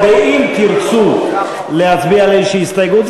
אם תרצו להצביע על איזושהי הסתייגות,